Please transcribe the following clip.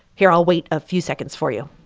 here i'll wait a few seconds for you.